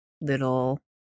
little